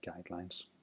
guidelines